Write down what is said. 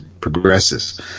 progresses